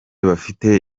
bafite